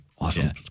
awesome